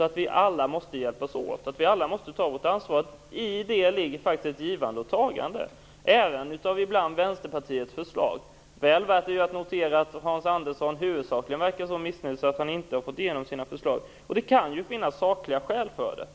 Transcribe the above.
att vi alla måste hjälpas åt, att vi alla måste ta vårt ansvar. I det ligger faktiskt ett givande och tagande, även av Vänsterpartiets förslag. Väl värt att notera är att Hans Andersson huvudsakligen verkar missnöjd över att han inte har fått igenom sina förslag. Det kan ju finnas sakliga skäl för det.